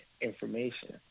information